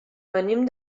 venim